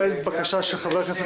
על סדר היום עומדת בקשה של חבר כנסת